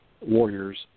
warriors